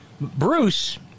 Bruce